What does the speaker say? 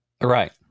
Right